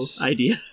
idea